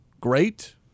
great